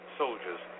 soldiers